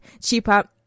cheaper